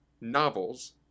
novels